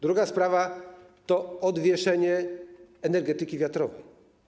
Druga sprawa to odwieszenie energetyki wiatrowej.